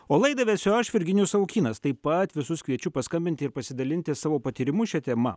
o laidą vesiu aš virginijus savukynas taip pat visus kviečiu paskambinti ir pasidalinti savo patyrimu šia tema